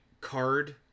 card